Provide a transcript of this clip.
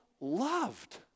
loved